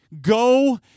Go